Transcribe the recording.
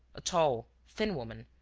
a tall, thin woman,